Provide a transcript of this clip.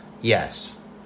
Yes